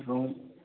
room